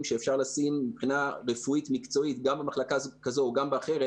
שאפשר לשים מבחינה רפואית-מקצועית גם במחלקה כזו או אחרת,